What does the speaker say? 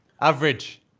Average